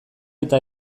eta